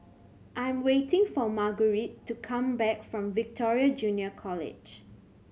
I am waiting for Margurite to come back from Victoria Junior College